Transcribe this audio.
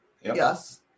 Yes